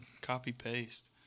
Copy-paste